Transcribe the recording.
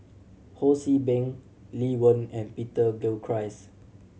Ho See Beng Lee Wen and Peter Gilchrist